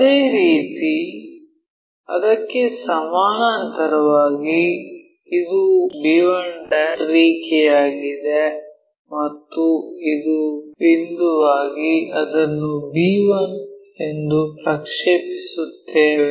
ಅದೇ ರೀತಿ ಅದಕ್ಕೆ ಸಮಾನಾಂತರವಾಗಿ ಇದು b1 ರೇಖೆಯಾಗಿದೆ ಮತ್ತು ಇದು ಬಿಂದುವಾಗಿ ಅದನ್ನು b1 ಎಂದು ಪ್ರಕ್ಷೇಪಿಸುತ್ತೇವೆ